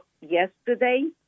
yesterday